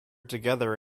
together